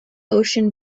ocean